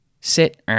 sit